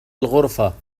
الغرفة